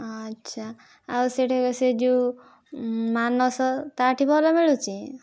ଆଚ୍ଛା ଆଉ ସେହିଠି ସେ ଯେଉଁ ମାନସ ତା'ଠି ଭଲ ମିଳୁଛି